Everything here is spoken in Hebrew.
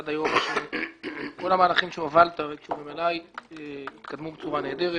עד היום כל המהלכים שהובלת שקשורים אלי התקדמו בצורה נהדרת.